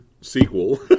sequel